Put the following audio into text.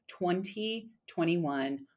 2021